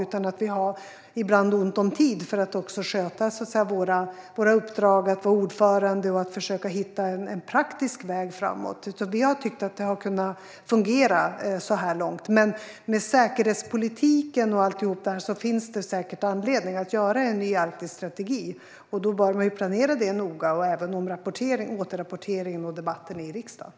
Ibland har vi ont om tid för sköta våra uppdrag, att vara ordförande och att försöka hitta en praktisk väg framåt. Vi har tyckt att det har kunnat fungera så här långt. Med säkerhetspolitiken och alltihop finns det dock säkert anledning att göra en ny Arktisstrategi, och då bör man planera det noga. Det gäller även om återrapportering och debatterna i riksdagen.